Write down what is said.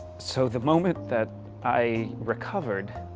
so the moment that i recovered,